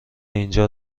اینجا